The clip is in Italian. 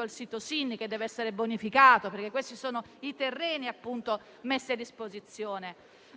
al sito SIN che deve essere bonificato, perché quelli sono i terreni messi a disposizione.